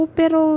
pero